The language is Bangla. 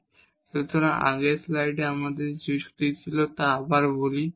Δ f k fy a b12k2fkk a b সুতরাং আগের স্লাইডে আমাদের যে যুক্তি ছিল তা আবার বলি